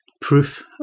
proof